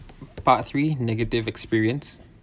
part three negative experience